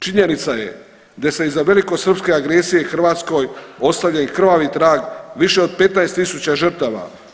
Činjenica je da se iza velikosrpske agresije Hrvatskoj ostavlja i krvavi trag više od 15 tisuća žrtava.